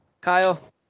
Kyle